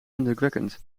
indrukwekkend